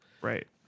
right